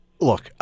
Look